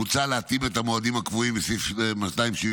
מוצע להתאים את המועדים הקבועים בסעיף 276